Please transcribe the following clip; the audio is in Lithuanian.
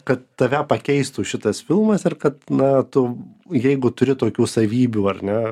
kad tave pakeistų šitas filmas ir kad na tu jeigu turi tokių savybių ar ne